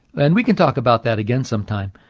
and we can talk about that again sometime,